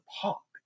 pop